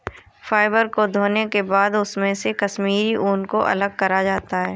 fibre को धोने के बाद इसमे से कश्मीरी ऊन को अलग करा जाता है